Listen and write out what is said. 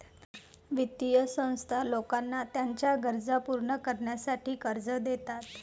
वित्तीय संस्था लोकांना त्यांच्या गरजा पूर्ण करण्यासाठी कर्ज देतात